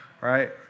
right